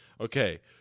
okay